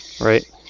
Right